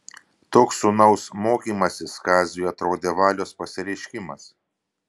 toks sūnaus mokymasis kaziui atrodė valios pasireiškimas